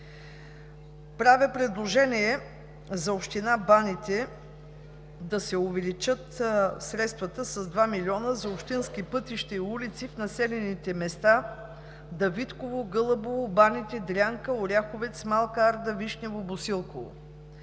Правя предложение за община Баните: да се увеличат средствата с 2 млн. лв. за общински пътища и улици в населените места Давидково, Гълъбово, Баните, Дрянка, Оряховец, Малка Арда, Вишнево, Босилково.